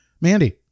Mandy